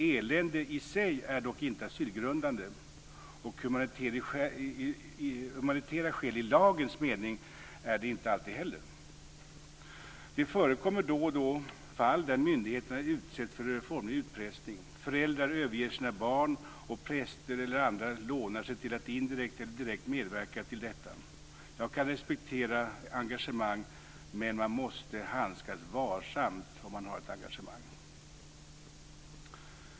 Elände i sig är dock inte asylgrundande, och humanitära skäl i lagens mening är det inte alltid heller. Det förekommer då och då fall där myndigheterna utsätts för en formlig utpressning. Föräldrar överger sina barn, och präster eller andra lånar sig till att indirekt eller direkt medverka till detta. Jag kan respektera engagemang, men man måste handskas varsamt med detta.